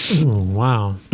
Wow